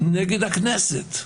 נגד הכנסת.